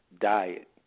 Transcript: diet